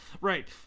Right